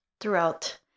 throughout